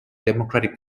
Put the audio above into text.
democratic